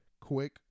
quick –